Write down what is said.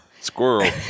Squirrel